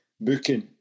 booking